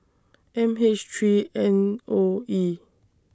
M H three N O E